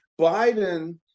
Biden